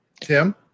Tim